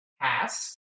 pass